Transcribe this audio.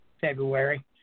February